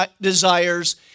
desires